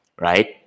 right